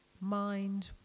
Mind